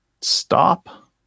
stop